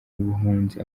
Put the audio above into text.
ubuhunzi